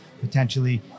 potentially